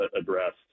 addressed